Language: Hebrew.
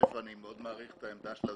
אני מאוד מעריך את העמדה של אדוני.